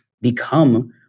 become